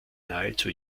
nahezu